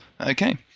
Okay